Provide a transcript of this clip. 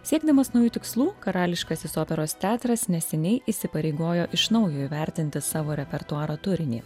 siekdamas naujų tikslų karališkasis operos teatras neseniai įsipareigojo iš naujo įvertinti savo repertuaro turinį